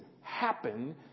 happen